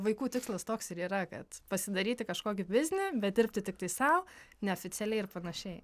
vaikų tikslas toks ir yra kad pasidaryti kažkokį biznį bet dirbti tiktai sau neoficialiai ir panašiai